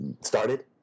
started